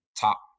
top